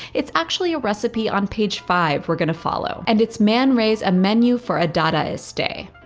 it's actually a recipe on page five we're going to follow. and it's man ray's a menu for a dadaist day.